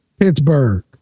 Pittsburgh